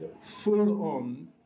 full-on